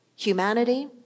Humanity